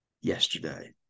yesterday